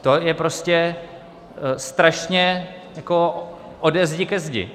To je prostě strašně ode zdi ke zdi.